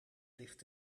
ligt